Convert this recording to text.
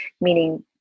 meaning